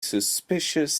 suspicious